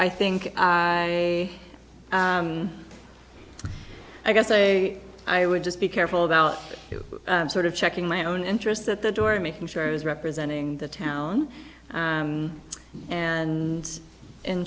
i think i guess a i would just be careful about sort of checking my own interests at the door and making sure i was representing the town and in